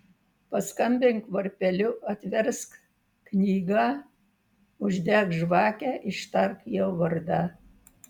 paskambink varpeliu atversk knygą uždek žvakę ištark jo vardą